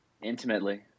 Intimately